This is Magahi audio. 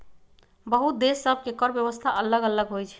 बहुते देश सभ के कर व्यवस्था अल्लग अल्लग होई छै